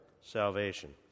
salvation